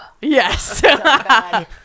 Yes